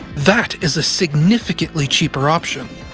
that is a significantly cheaper option.